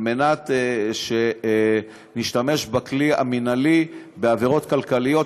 כדי שנשתמש בכלי המינהלי בעבירות כלכליות.